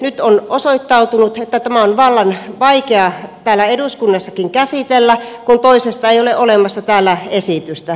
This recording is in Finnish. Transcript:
nyt on osoittautunut että tämä on vallan vaikea täällä eduskunnassakin käsitellä kun toisesta ei ole olemassa täällä esitystä